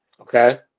Okay